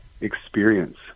experience